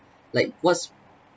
like what's